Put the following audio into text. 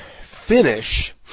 finish